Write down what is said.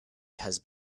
has